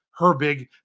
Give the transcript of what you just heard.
Herbig